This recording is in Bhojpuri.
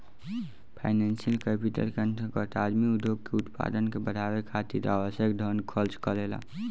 फाइनेंशियल कैपिटल के अंतर्गत आदमी उद्योग के उत्पादन के बढ़ावे खातिर आवश्यक धन खर्च करेला